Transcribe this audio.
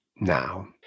now